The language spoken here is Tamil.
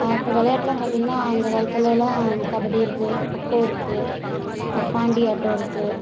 அப்போ விளாட்லாம் பார்த்தீங்கன்னா அந்த காலத்துலெல்லாம் கபடி இருக்குது கொக்கோ இருக்குது பாண்டி ஆட்டம் இருக்குது